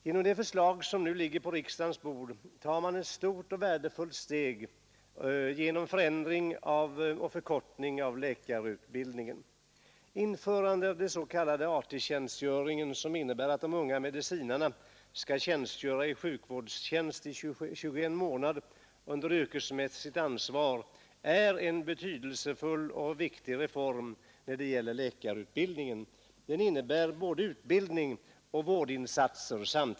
Genom det förslag som nu ligger på riksdagens bord tar man ett stort och värdefullt steg genom en förändring och förkortning av läkarutbildningen. Införandet av den s.k. AT-tjänstgöringen, som innebär att de unga medicinarna skall fullgöra sjukvårdstjänst i 21 månader under yrkesmässigt ansvar, är en betydelsefull och viktig reform i läkarutbildningen. Den innebär samtidigt både utbildning och vårdinsatser.